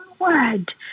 word